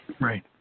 Right